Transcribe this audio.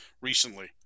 recently